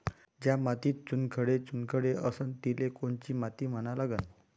ज्या मातीत चुनखडे चुनखडे असन तिले कोनची माती म्हना लागन?